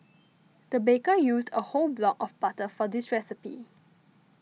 the baker used a whole block of butter for this recipe